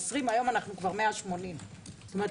היום אנחנו כבר 180. זאת אומרת,